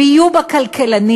ויהיו בה כלכלנים,